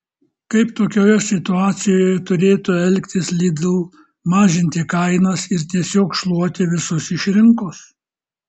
kaip tokioje situacijoje turėtų elgtis lidl mažinti kainas ir tiesiog šluoti visus iš rinkos